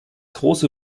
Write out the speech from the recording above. große